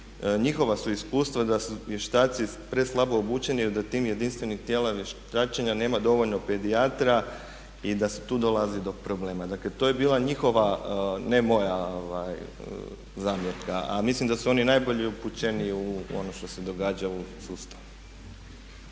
njihova su iskustva da su vještaci preslabo obučeni, da u tih jedinstvenim tijelima vještačenja nema dovoljno pedijatara i da tu dolazi do problema. Dakle, to je bila njihova ne moja zamjerka a mislim da su oni najbolje upućeni u ono što se događa u sustavu.